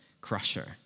crusher